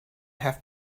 have